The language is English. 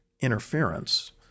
interference